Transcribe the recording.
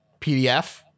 PDF